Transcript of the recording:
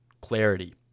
clarity